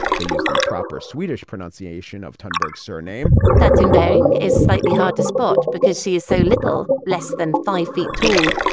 they use the proper swedish pronunciation of tamberg surname that's in bang is slightly hard to spot because she is a so little less than five feet tall.